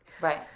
right